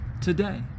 today